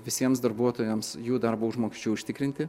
visiems darbuotojams jų darbo užmokesčiui užtikrinti